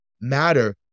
matter